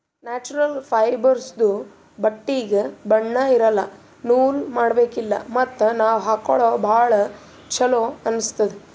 natural ಫೈಬರ್ಸ್ದು ಬಟ್ಟಿಗ್ ಬಣ್ಣಾ ಇರಲ್ಲ ನೂಲ್ ಮಾಡಬೇಕಿಲ್ಲ ಮತ್ತ್ ನಾವ್ ಹಾಕೊಳ್ಕ ಭಾಳ್ ಚೊಲೋ ಅನ್ನಸ್ತದ್